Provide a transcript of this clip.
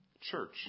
church